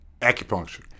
Acupuncture